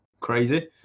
crazy